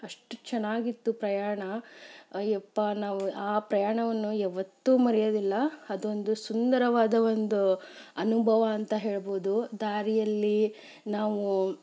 ಅಷ್ಟು ಚೆನ್ನಾಗಿತ್ತು ಪ್ರಯಾಣ ಅಯ್ಯಪ್ಪ ನಾವು ಆ ಪ್ರಯಾಣವನ್ನು ಯಾವತ್ತೂ ಮರೆಯೋದಿಲ್ಲ ಅದೊಂದು ಸುಂದರವಾದ ಒಂದು ಅನುಭವ ಅಂತ ಹೇಳಬಹುದು ದಾರಿಯಲ್ಲಿ ನಾವು